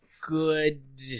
good